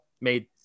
made